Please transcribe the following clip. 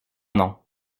non